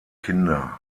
kinder